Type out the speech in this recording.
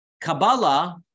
Kabbalah